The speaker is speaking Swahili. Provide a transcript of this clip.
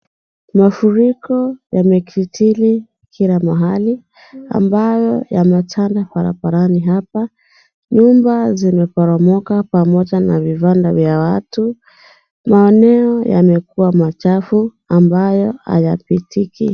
Mafuriko yamekuuchili kila mahali ambayo yamejaa barabarani hapa. Nyumba zimeporomoka pamoja na vibanda vya watu. Meneo yamekuwa machafu ambayo hayapitiki.